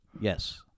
Yes